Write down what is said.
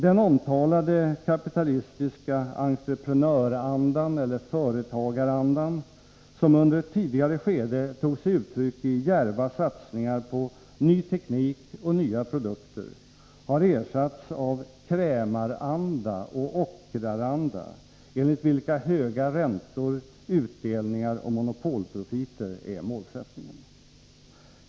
Den omtalade kapitalistiska entreprenörandan, eller företagarandan, som under ett tidigare skede tog sig uttryck i djärva satsningar på ny teknik och nya produkter, har ersatts av krämaranda och ockraranda, enligt vilka höga räntor, utdelningar och monopolprofiter är målsättningen.